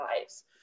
lives